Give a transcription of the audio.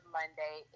Monday